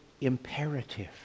imperative